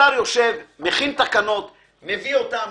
השר יושב, מכין תקנות, מביא אותן.